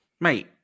Mate